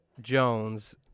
Jones